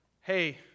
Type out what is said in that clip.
hey